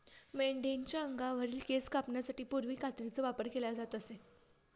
मेंढीच्या अंगावरील केस कापण्यासाठी पूर्वी कात्रीचा वापर केला जात असे